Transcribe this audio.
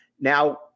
Now